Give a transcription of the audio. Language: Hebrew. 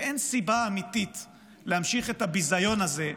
ואין סיבה אמיתית להמשיך את הביזיון הזה,